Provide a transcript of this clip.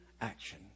action